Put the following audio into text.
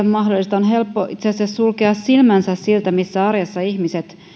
mahdollista on helppo itse asiassa sulkea silmänsä siltä missä arjessa ihmiset